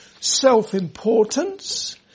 self-importance